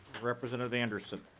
representative anderson.